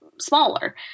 smaller